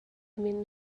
min